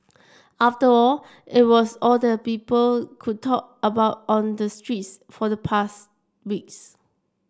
after all it was all that people could talk about on the streets for the past weeks